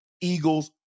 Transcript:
Eagles